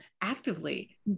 actively